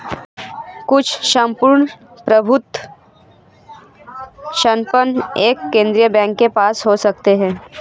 कुछ सम्पूर्ण प्रभुत्व संपन्न एक केंद्रीय बैंक के पास हो सकते हैं